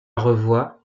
revoit